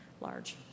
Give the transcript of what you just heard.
large